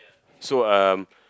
so um